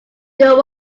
your